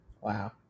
Wow